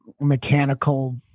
mechanical